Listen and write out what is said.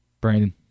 Brandon